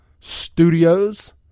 Studios